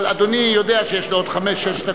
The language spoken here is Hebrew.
אבל אדוני יודע שיש לו עוד חמש-שש דקות.